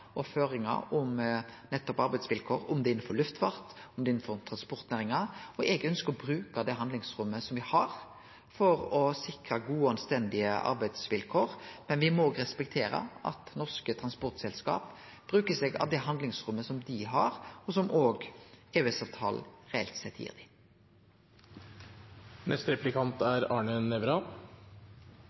og føringar om nettopp arbeidsvilkår, om det er innanfor luftfart, eller om det er innanfor transportnæringa. Eg ønskjer å bruke det handlingsrommet me har for å sikre gode, anstendige arbeidsvilkår, men me må òg respektere at norske transportselskap bruker det handlingsrommet som dei har, og som EØS-avtalen reelt sett gir